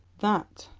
that,